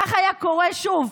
כך היה קורה, שוב,